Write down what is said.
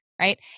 Right